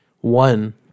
one